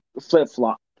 flip-flop